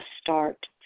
start